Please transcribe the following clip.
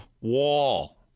wall